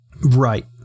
Right